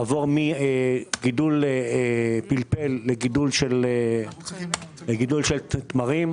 לעבור מגידול פלפל לגידול של תמרים.